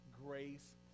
grace